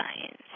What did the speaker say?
science